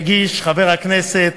שהגיש חבר הכנסת